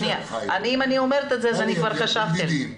אם אני אומרת את זה, אז כבר חשבתי על זה.